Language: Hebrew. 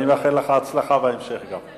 ואני מאחל לך הצלחה בהמשך גם.